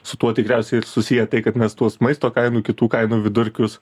su tuo tikriausiai ir susiję tai kad mes tuos maisto kainų kitų kainų vidurkius